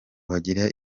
bagira